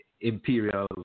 imperial